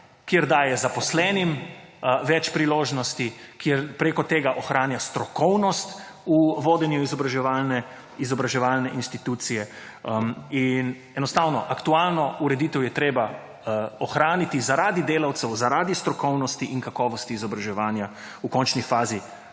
ker daje zaposlenim več priložnosti, ker preko tega ohranja strokovnost v vodenju izobraževalne institucije. Enostavno, aktualno ureditev je treba ohraniti, zaradi delavcev, zaradi strokovnosti in kakovosti izobraževanja, v končni fazi